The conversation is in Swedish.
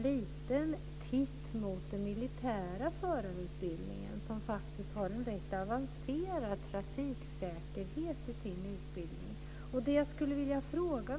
Den militära körkortsutbildningen är rätt avancerad när det gäller trafiksäkerheten.